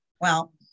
Well-